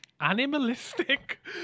Animalistic